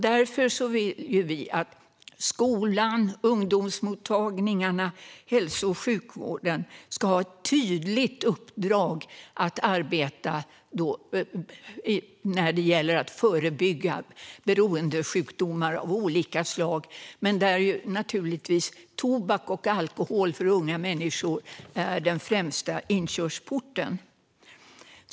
Därför vill vi att skolan, ungdomsmottagningarna och hälso och sjukvården ska ha ett tydligt uppdrag att arbeta för att förebygga beroendesjukdomar av olika slag, där naturligtvis tobak och alkohol för unga människor är den främsta inkörsporten.